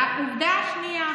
והעובדה השנייה,